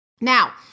Now